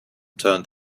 turned